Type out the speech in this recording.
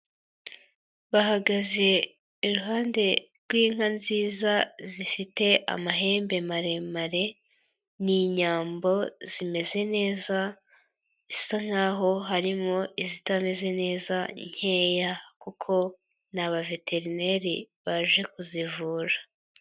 Bahagaze iruhande rw'inka nziza zifite amahembe maremare, ni inyambo zimeze neza, bisa nk'aho harimo izitameze neza nkeya kuko n'abaveterineri baje kuzivura.